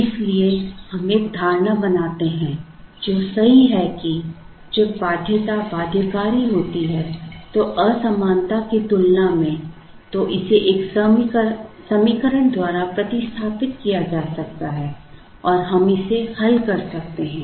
इसलिए हम एक धारणा बनाते हैं जो सही है कि जब बाध्यता बाध्यकारी होती है तो असमानता की तुलना में तो इसे एक समीकरण द्वारा प्रतिस्थापित किया जा सकता है और हम इसे हल कर सकते हैं